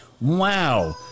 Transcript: Wow